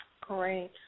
Great